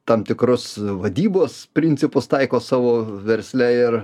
tam tikrus vadybos principus taiko savo versle ir